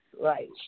right